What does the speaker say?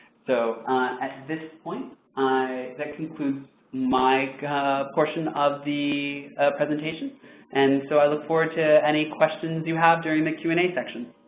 so at this point that concludes my portion of the presentation and so i look forward to any questions you have during the q and a section.